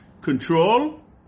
Control